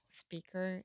speaker